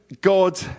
God